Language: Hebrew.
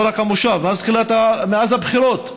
לא רק המושב, מאז הבחירות,